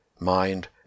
mind